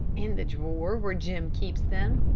in the drawer where jim keeps them.